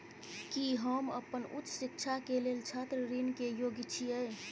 की हम अपन उच्च शिक्षा के लेल छात्र ऋण के योग्य छियै?